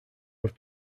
have